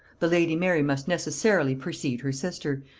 the lady mary must necessarily precede her sister,